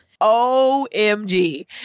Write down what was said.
OMG